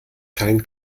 kein